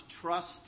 trust